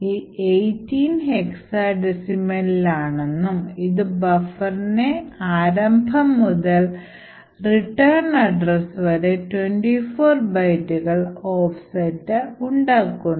ഇത് 18 ഹെക്സാഡെസിമലിലാണെന്നും ഇത് ബഫറിന്റെ ആരംഭം മുതൽ റിട്ടേൺ അഡ്രസ് വരെ 24 ബൈറ്റുകൾ ഓഫ്സെറ്റ് ഉണ്ടാക്കുന്നു